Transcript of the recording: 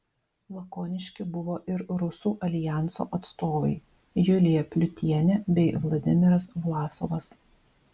lakoniški buvo ir rusų aljanso atstovai julija pliutienė bei vladimiras vlasovas